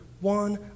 one